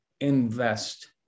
invest